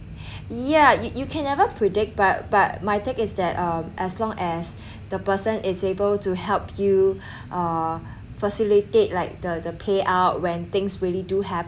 ya you you can never predict but but my take is that um as long as the person is able to help you uh facilitate like the the payout when things really do have